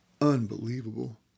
Unbelievable